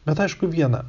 bet aišku viena